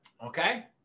Okay